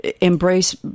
embrace